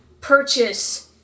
purchase